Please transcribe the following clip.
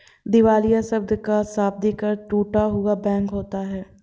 दिवालिया शब्द का शाब्दिक अर्थ टूटा हुआ बैंक होता है